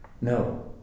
No